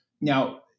Now